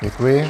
Děkuji.